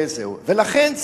ולכן,